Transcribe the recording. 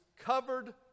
covered